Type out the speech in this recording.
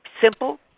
simple